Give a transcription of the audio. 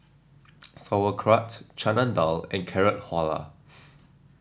Sauerkraut Chana Dal and Carrot Halwa